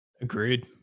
Agreed